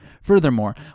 Furthermore